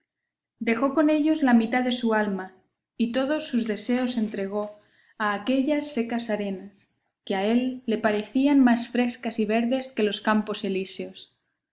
dejó con ellos la mitad de su alma y todos sus deseos entregó a aquellas secas arenas que a él le parecían más frescas y verdes que los campos elíseos y